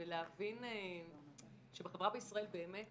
ולהבין שהחברה בישראל היא באמת